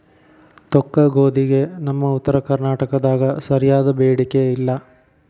ತೊಕ್ಕಗೋಧಿಗೆ ನಮ್ಮ ಉತ್ತರ ಕರ್ನಾಟಕದಾಗ ಸರಿಯಾದ ಬೇಡಿಕೆ ಇಲ್ಲಾ